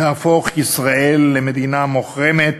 תהפוך ישראל למדינה מוחרמת,